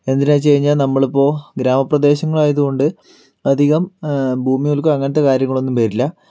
എന്തിനാന്ന് വെച്ച് കഴിഞ്ഞാൽ നമ്മളിപ്പോൾ ഗ്രാമപ്രദേശങ്ങൾ ആയതുകൊണ്ട് അധികം ഭൂമി കുലുക്കം അങ്ങനത്തെ കാര്യങ്ങൾ ഒന്നും വരില്ല